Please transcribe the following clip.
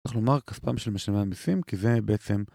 איך לאמר, כספם של משלמי המיסים, כי זה בעצם